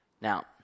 Now